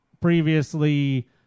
previously